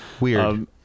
Weird